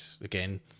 again